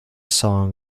song